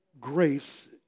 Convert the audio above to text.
grace